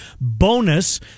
BONUS